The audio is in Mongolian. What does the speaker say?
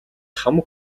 хамаг